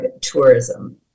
tourism